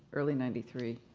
early ninety three.